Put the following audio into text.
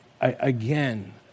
Again